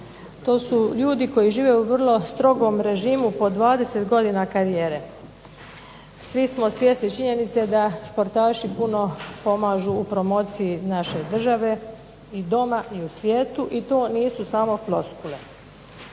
to su ljudi koji žive u vrlo strogom režimu po 20 godina karijere. Svi smo svjesni činjenice da športaši puno pomažu u promociji naše države, i doma i u svijetu, i to nisu samo floskule.